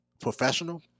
professional